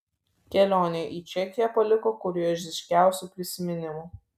kelionė į čekiją paliko kurioziškiausių prisiminimų